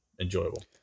enjoyable